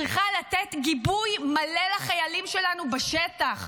צריכה לתת גיבוי מלא לחיילים שלנו בשטח,